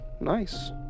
nice